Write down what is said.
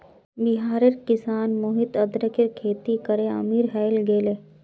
बिहारेर किसान मोहित अदरकेर खेती करे अमीर हय गेले